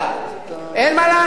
אין מה לעשות,